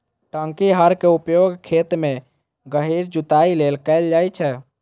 टांकी हर के उपयोग खेत मे गहींर जुताइ लेल कैल जाइ छै